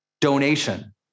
donation